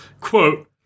quote